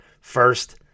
first